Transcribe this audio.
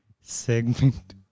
segment